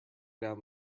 down